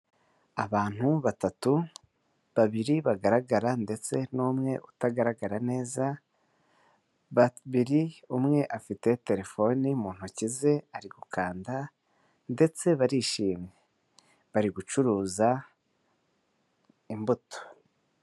Abantu batatu, babiri bagaragara ndetse n'umwe utagaragara neza, babiri umwe afite telefoni mu ntoki ze ari gukanda ndetse barishimye, bari gucuruza imbuto.